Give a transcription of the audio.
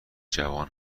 جوان